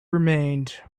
remained